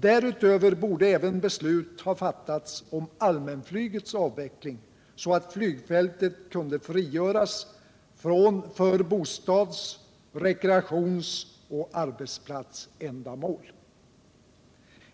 Därutöver borde även beslut ha fattats om allmänflygets avveckling, så att flygfältet hade kunnat frigöras för bostads-, rekreationsoch arbetsplatsändamål,